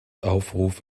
aufruf